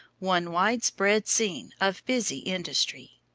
one wide-spread scene of busy industry.